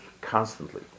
constantly